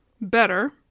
better